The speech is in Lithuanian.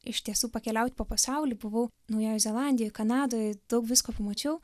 iš tiesų pakeliaut po pasaulį buvau naujojoj zelandijoj kanadoj daug visko pamačiau